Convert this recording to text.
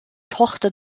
tochter